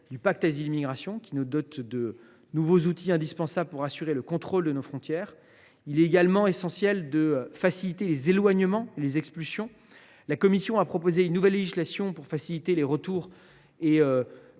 et l’asile, qui nous dote de nouveaux outils indispensables pour assurer le contrôle de nos frontières. Il est également primordial de faciliter les éloignements et les expulsions. La Commission a proposé une nouvelle législation, afin de faciliter les retours.